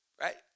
Right